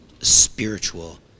spiritual